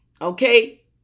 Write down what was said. okay